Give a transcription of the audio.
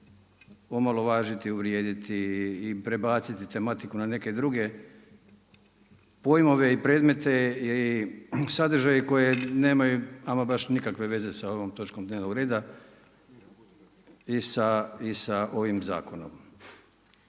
omalovažiti, uvrijediti i prebaciti tematiku na neke druge pojmove i predmete i sadržaje koji nemaju ama baš nikakve veze sa ovom točkom dnevnog reda i sa ovim zakonom.